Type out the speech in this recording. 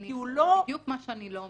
זה בדיוק מה שאני לא אומרת,